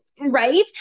Right